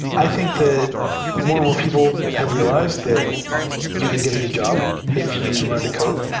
i think that more and more people have realized that you can get a good job if you learn to code.